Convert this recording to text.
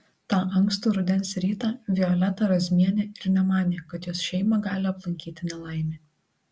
tą ankstų rudens rytą violeta razmienė ir nemanė kad jos šeimą gali aplankyti nelaimė